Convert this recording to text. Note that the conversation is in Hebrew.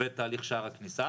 ותהליך שער הכניסה,